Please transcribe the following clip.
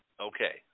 Okay